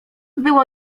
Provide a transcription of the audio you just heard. było